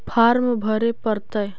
Farm भरे परतय?